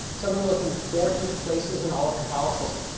some of the most important places in all of catholicism,